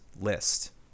list